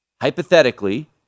hypothetically